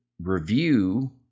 review